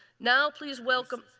now please welcome